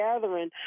gathering